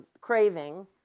craving